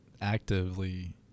Actively